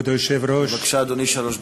שלוש דקות.